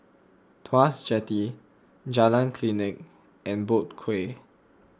Tuas Jetty Jalan Klinik and Boat Quay